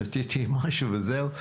שתיתי משהו וזהו.